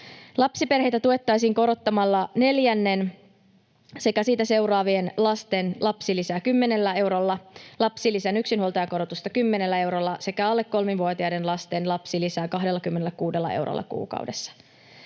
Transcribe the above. Lapsiperheitä tuettaisiin korottamalla neljännen sekä sitä seuraavien lasten lapsilisää 10 eurolla, lapsilisän yksinhuoltajakorotusta 10 eurolla sekä alle kolmivuotiaiden lasten lapsilisää 26 eurolla kuukaudessa.